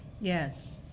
Yes